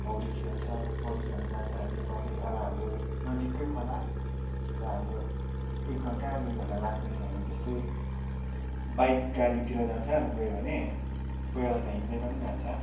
पौडी खेल्छ पौडी खेल्नु जान्छ हामी पौडी अब हाम्रो नजिककै खोला अब हाम्रो एक घन्टा दुई घन्टा लाग्ने अनि त्यस्तै बाइक गाडीतिर जान्छ अब गयो भने कोही बेला त हिँड्दै पनि जान्छ